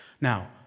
Now